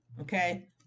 okay